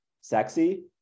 sexy